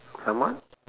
someone